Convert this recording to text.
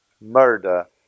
murder